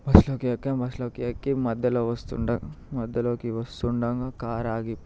బస్సులోకి ఎక్కాము బస్సులోకి ఎక్కి మధ్యలో వస్తుండడం మధ్యలోకి వస్తూ ఉండగా కార్ ఆగి